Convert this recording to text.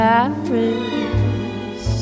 Paris